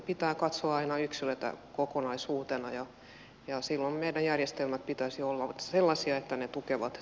pitää katsoa aina yksilöitä kokonaisuutena ja silloin meidän järjestelmien pitäisi olla sellaisia että ne tukevat